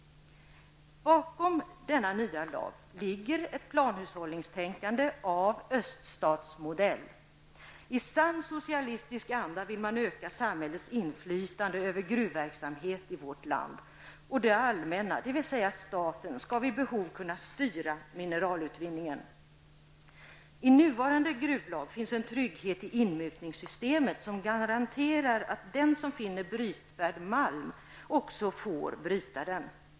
Bakom denna nya lag ligger ett planhushållningstänkande av öststatsmodell. I sann socialistisk anda vill man öka samhällets inflytande över gruvverksamheten i vårt land och det allmänna, dvs. staten, skall vid behov kunna styra mineralutvinningen. I nuvarande gruvlag finns en trygghet i inmutningssystemet som garanterar att den som finner brytvärd malm också får bryta den.